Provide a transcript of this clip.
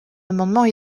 amendements